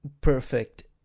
perfect